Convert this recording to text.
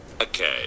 Okay